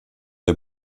der